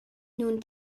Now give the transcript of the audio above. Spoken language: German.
nun